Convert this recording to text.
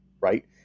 right